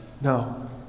No